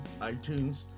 iTunes